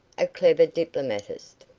a clever diplomatist.